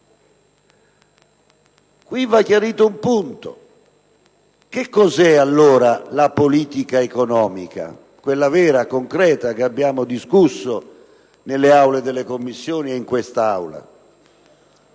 Qui va chiarito un punto. Che cos'è, allora, la politica economica, quella vera, concreta, che abbiamo discusso nelle Aule delle Commissioni e in questa?